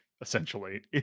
Essentially